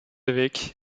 avec